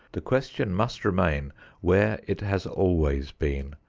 the question must remain where it has always been,